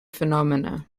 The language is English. phenomena